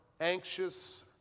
anxious